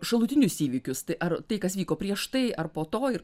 šalutinius įvykius tai ar tai kas vyko prieš tai ar po to ir